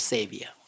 Savior